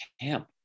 camp